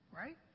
Right